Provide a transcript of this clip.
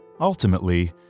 Ultimately